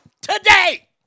today